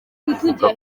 buvuga